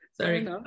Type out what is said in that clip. sorry